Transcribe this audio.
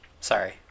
Sorry